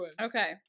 Okay